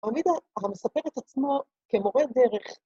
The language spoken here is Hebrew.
עמידה מספר את עצמו כמורה דרך.